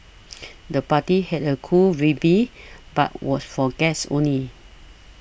the party had a cool vibe but was for guests only